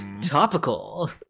topical